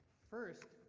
first,